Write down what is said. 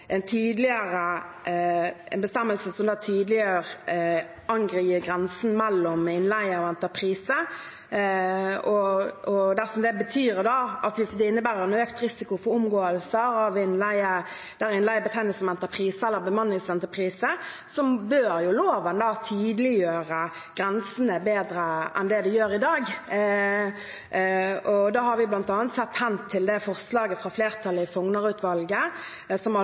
en bestemmelse som tydeliggjør og angir grensen mellom innleie og entreprise. Dersom det innebærer en økt risiko for omgåelse av innleie, der innleie betegnes som entreprise eller bemanningsentreprise, bør jo loven tydeliggjøre grensene bedre enn det den gjør i dag. Vi har bl.a. sett hen til det forslaget fra flertallet i Fougner-utvalget, som